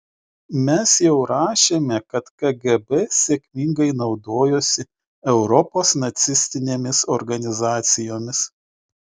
mes jau rašėme kad kgb sėkmingai naudojosi europos nacistinėmis organizacijomis